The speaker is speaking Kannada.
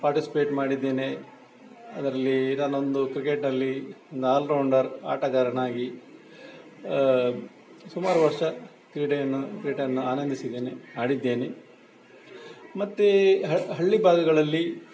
ಪಾರ್ಟಿಸಿಪೇಟ್ ಮಾಡಿದ್ದೇನೆ ಅದರಲ್ಲಿ ನಾನೊಂದು ಕ್ರಿಕೆಟಲ್ಲಿ ಒಂದು ಆಲ್ರೌಂಡರ್ ಆಟಗಾರನಾಗಿ ಸುಮಾರು ವರ್ಷ ಕ್ರೀಡೆಯನ್ನು ಕ್ರೀಡೆಯನ್ನು ಆನಂದಿಸಿದ್ದೇನೆ ಆಡಿದ್ದೇನೆ ಮತ್ತು ಹಳ್ಳಿ ಹಳ್ಳಿ ಭಾಗಗಳಲ್ಲಿ